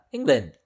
England